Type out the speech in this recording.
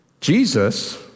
Jesus